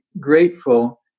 grateful